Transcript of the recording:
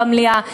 במליאה,